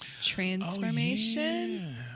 Transformation